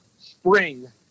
spring